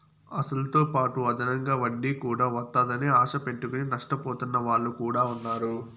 అసలుతోపాటు అదనంగా వడ్డీ కూడా వత్తాదని ఆశ పెట్టుకుని నష్టపోతున్న వాళ్ళు కూడా ఉన్నారు